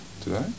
today